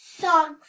songs